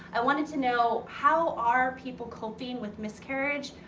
ah wanted to know how are people coping with miscarriage?